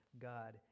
God